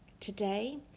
Today